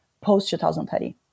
post-2030